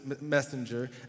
messenger